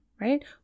right